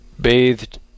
bathed